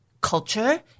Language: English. culture